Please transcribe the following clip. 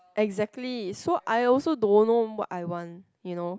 exactly so I also don't know what I want you know